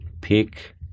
pick